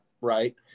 Right